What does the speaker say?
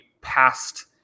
past